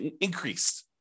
increased